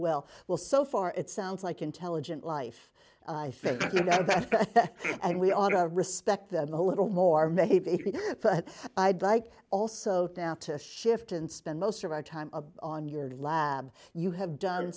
well well so far it sounds like intelligent life and we ought to respect them a little more maybe but i'd like also tout a shift and spend most of our time on your lab you have done